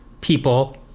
people